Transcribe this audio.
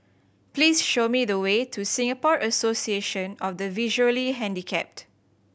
please show me the way to Singapore Association of the Visually Handicapped